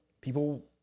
People